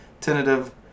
tentative